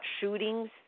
shootings